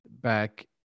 back